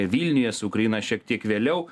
vilniuje su ukraina šiek tiek vėliau